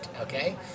okay